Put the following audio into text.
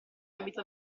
abito